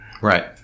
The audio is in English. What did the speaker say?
Right